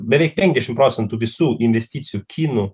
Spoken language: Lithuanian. beveik penkiašim procentų visų investicijų kinų